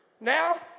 Now